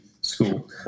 school